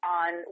on